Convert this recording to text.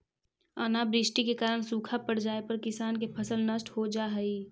अनावृष्टि के कारण सूखा पड़ जाए पर किसान के फसल नष्ट हो जा हइ